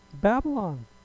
Babylon